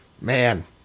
man